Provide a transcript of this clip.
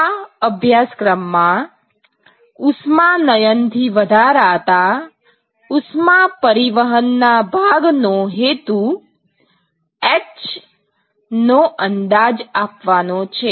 આ અભ્યાસક્રમમાં ઉષ્માનયન થી વધારાતા ઉષ્મા પરિવહન ના ભાગ નો હેતુ h નો અંદાજ આપવાનો છે